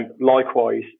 likewise